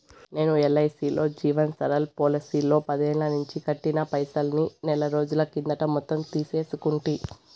నేను ఎల్ఐసీలో జీవన్ సరల్ పోలసీలో పదేల్లనించి కట్టిన పైసల్ని నెలరోజుల కిందట మొత్తం తీసేసుకుంటి